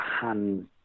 hand